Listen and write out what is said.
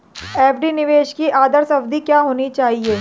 FD निवेश की आदर्श अवधि क्या होनी चाहिए?